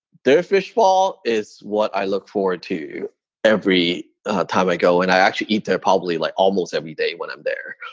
their fish bowl bowl is what i look forward to every time i go. and i actually eat there probably like almost every day when i'm there.